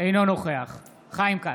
אינו נוכח חיים כץ,